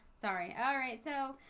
sorry, alright so